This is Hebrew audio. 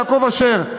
יעקב אשר,